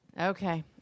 Okay